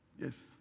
Yes